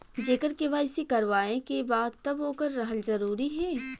जेकर के.वाइ.सी करवाएं के बा तब ओकर रहल जरूरी हे?